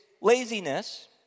laziness